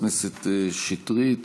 התכוננתי ליום